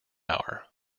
hour